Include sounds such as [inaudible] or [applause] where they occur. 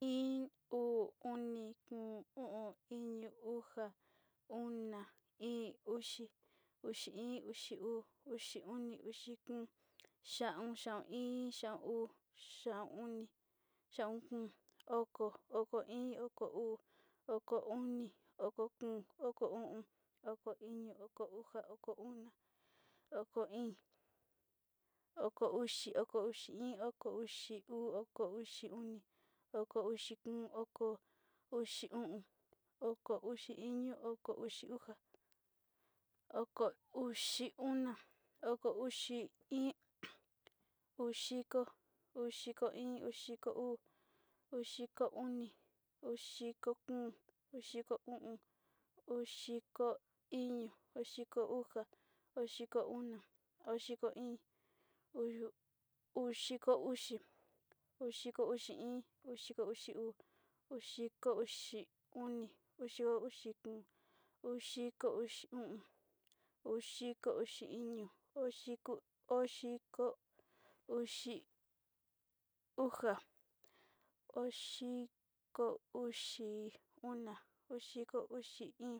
Iin, uu, oni, kóo, o'on, iño, uxa, ona, íín, uxi, uxi iin, uxi uu, uxi oni, uxi kóo, xaón, xaón iin, xaón uu, xaón oni, xaón kóo, oko, oko iin, oko uu, oko oni, [unintelligible] kóo, oko o'on, oko iño, oko uxa, oko ona, oko íín, oko uxi, oko uxi iin, oko uxi uu, oko uxi oni, oko uxi kóo, oko uxi o'on, oko uxi iño, oko uxi uxa, oko uxi ona, oko uxi íín, udiko, udiko iin, udiko uu, udiko oni, udiko koo, udiko o'on, udiko iño, udiko uxa, udiko ona, udiko íín, u-udiko uxi, udiko uxi iin, udiko uxi uu, udiko uxi oni, udiko uxi kóo, udiko uxi o'on, udiko uxi iño, udiko udiko uxi uxa, udiko uxi ona, udiko uxi iin.